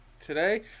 today